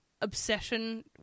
obsession